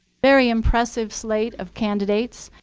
very impressive slate of candidates,